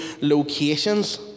locations